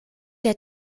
der